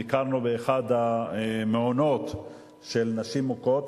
שביקרנו באחד המעונות של נשים מוכות,